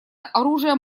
оружием